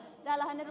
täällähän ed